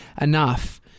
enough